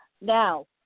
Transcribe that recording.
Now